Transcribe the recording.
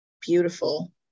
beautiful